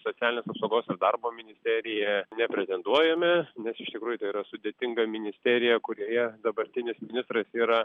socialinės apsaugos ir darbo ministeriją nepretenduojame nes iš tikrųjų tai yra sudėtinga ministerija kurioje dabartinis ministras yra